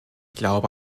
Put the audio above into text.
glaube